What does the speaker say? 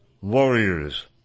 warriors